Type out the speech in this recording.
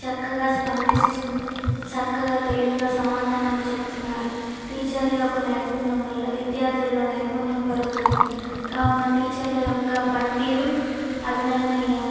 చక్కగా స్పందిస్తు చక్కగా తెలివిగా సమాధానాలు చెప్తున్నారు టీచర్ల యొక్క నైపుణ్యం వల్ల విద్యార్థుల్లో నైపుణ్యం పెరుగుతుంది కావున టీచర్ల యొక్క పనితీరు అభినందనీయం